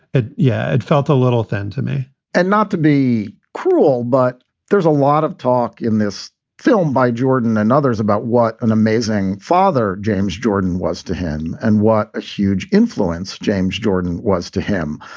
yeah, it felt a little thin to me and not to be cruel, but there's a lot of talk in this film by jordan and others about what an amazing father james jordan was to him and what a huge influence james jordan was to him.